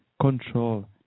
control